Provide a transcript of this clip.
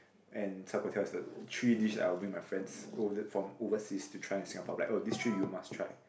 and Chao Guo Tiao is the three dish I will bring my friends who was it from overseas to try in Singapore I'll be like oh this three you must try